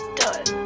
done